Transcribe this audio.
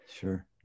Sure